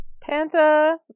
panta